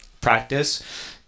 practice